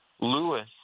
Lewis